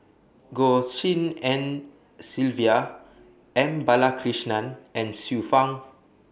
Goh Tshin En Sylvia M Balakrishnan and Xiu Fang